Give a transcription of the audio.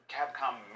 Capcom